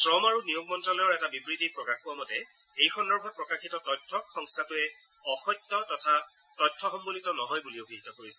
শ্ৰম আৰু নিয়োগ মন্ত্যালয়ৰ এটা বিবৃতিত প্ৰকাশ পোৱা মতে এই সন্দৰ্ভত প্ৰকাশিত তথ্যক সংস্থাটোৱে অসত্য তথা তথ্যসম্বলিত নহয় বুলি অভিহিত কৰিছে